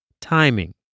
Timing